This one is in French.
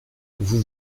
vous